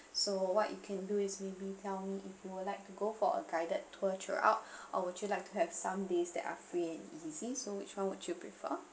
so what you can do is maybe tell me if you'd like to go for a guided tour throughout or would you like to have some days that are free and easy so which one would you prefer